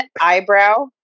eyebrow